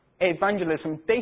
evangelism